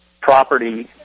property